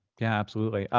yeah, absolutely.